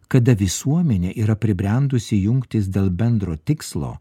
kada visuomenė yra pribrendusi jungtis dėl bendro tikslo